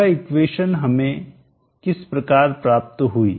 यह इक्वेशन हमें किस प्रकार प्राप्त हुई